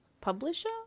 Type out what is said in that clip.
Publisher